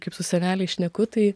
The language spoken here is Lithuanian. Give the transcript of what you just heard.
kaip su seneliais šneku tai